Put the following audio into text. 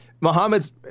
Muhammad's